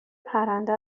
پرنده